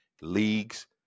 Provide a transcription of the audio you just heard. leagues